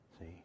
See